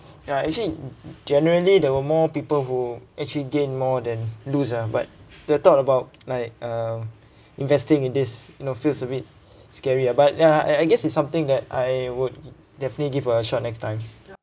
ya actually generally there were more people who actually gained more than lose ah but the thought about like uh investing in this you know feels a bit scary ah but ya and I guess it's something that I would definitely give a shot next time